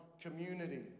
community